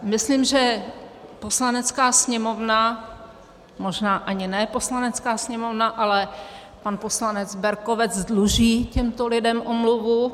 Myslím si, že Poslanecká sněmovna možná ani ne Poslanecká sněmovna, ale pan poslanec Berkovec dluží těmto lidem omluvu.